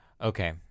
Okay